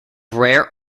rare